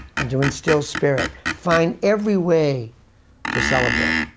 and to instill spirit, find every way to celebrate.